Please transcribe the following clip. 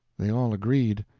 they all agreed,